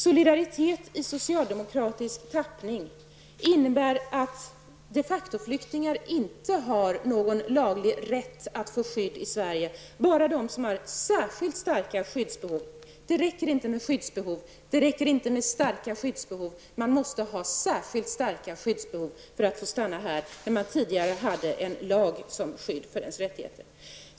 Solidaritet i socialdemokratisk tappning innebär att de factoflyktingar inte har någon laglig rätt att få skydd i Sverige. Den gäller endast de flyktingar som har särskilt starka skyddsbehov. Det räcker inte med skyddsbehov, det räcker inte med starka skyddsbehov, utan flyktingarna måste ha särskilt starka skyddsbehov för att få stanna i Sverige. Tidigare fanns det en lag som skydd för deras rättigheter.